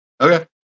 Okay